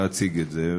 להציג את זה.